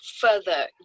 further